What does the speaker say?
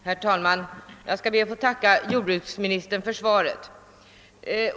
Herr talman! Jag ber att få tacka jordbruksministern för svaret.